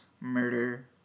Murder